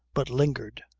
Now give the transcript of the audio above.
but lingered.